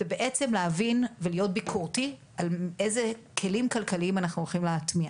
להבין ולהיות ביקורתי על איזה כלים כלכליים אנחנו הולכים להטמיע.